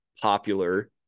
Popular